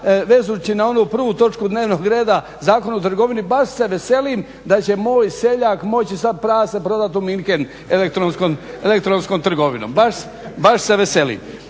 vezući na onu prvu točku dnevnog reda Zakon o trgovini baš se veselim da će moj seljak moći sada prase prodati u München elektronskom trgovinom, baš se veselim.